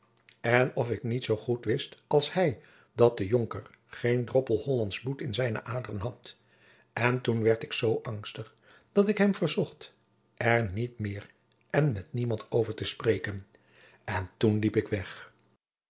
en of ik niet zoo goed wist als hij dat de jonker geen droppel hollandsch bloed in zijne aderen had en toen werd ik zoo angstig dat ik hem verzocht er niet meer en met niemand over te spreken en toen liep ik weg